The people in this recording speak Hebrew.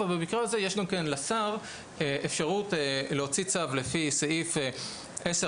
אבל במקרה הזה יש לשר אפשרות להוציא צו לפי סעיף 10א(ד),